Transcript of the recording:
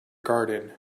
garden